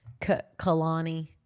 Kalani